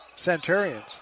Centurions